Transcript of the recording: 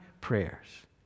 prayers